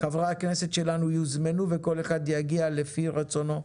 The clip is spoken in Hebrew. חברי הכנסת שלנו יוזמנו וכל אחד יגיע לפי רצונו.